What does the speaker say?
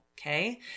Okay